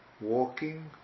walking